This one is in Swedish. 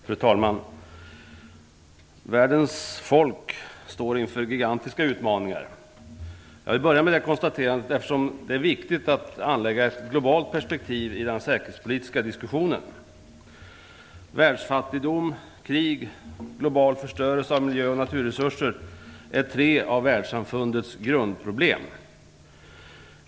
Fru talman! Världens folk står inför gigantiska utmaningar. Jag vill börja med detta konstaterande eftersom det är viktigt att anlägga ett globalt perspektiv i den säkerhetspolitiska diskussionen. Världsfattigdom, krig och global förstörelse av miljö och naturresurser är tre av världssamfundets grundproblem.